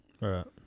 Right